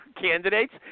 candidates